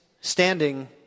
standing